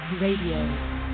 Radio